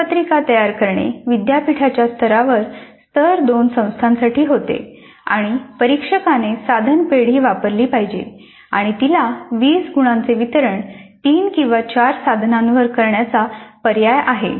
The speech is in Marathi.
प्रश्नपत्रिका तयार करणे विद्यापीठाच्या स्तरावर स्तर 2 संस्थांसाठी होते आणि परीक्षकाने साधन पेढी वापरली पाहिजे आणि तिला 20 गुणांचे वितरण तीन किंवा चार साधनांवर करण्याचा पर्याय आहे